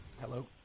Hello